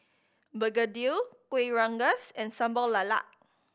begedil Kueh Rengas and Sambal Lala